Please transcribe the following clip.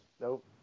Nope